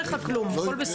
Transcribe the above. שעלו.